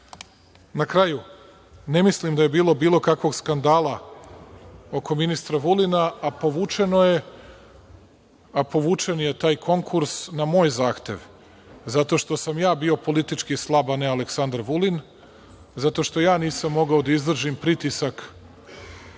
kraju ne mislim da je bilo bilo kakvog skandala oko ministra Vulina, a povučen je taj konkurs na moj zahtev zato što sam ja bio politički slab, a ne Aleksandar Vulin. Zato što ja nisam mogao da izdržim pritisak